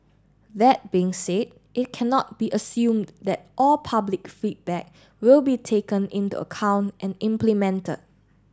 that being said it cannot be assumed that all public feedback will be taken into account and implemented